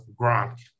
Gronk